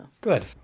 Good